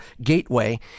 gateway